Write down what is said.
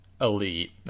Elite